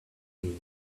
flee